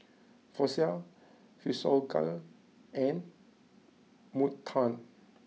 Floxia Physiogel and Motown